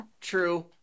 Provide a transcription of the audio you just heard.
true